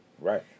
Right